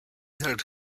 had